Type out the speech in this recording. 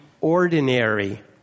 ordinary